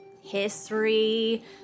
history